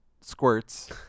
squirts